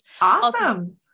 Awesome